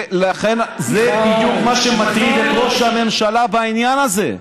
ולכן זה בדיוק מה שמטריד את ראש הממשלה בעניין הזה.